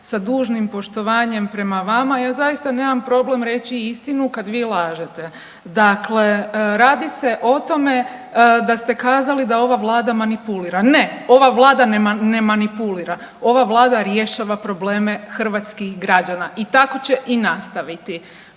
sa dužnim poštovanjem prema vama ja zaista nemam problem reći istinu kad vi lažete. Dakle, radi se o tome da ste kazali da ova vlada manipulira. Ne, ova vlada ne manipulira, ova vlada rješava probleme hrvatskih građana. I tako će i nastaviti.